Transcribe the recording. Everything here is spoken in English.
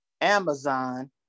amazon